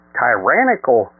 tyrannical